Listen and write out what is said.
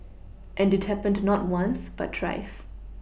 and it happened not once but thrice